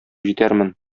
җитәрмен